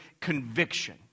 conviction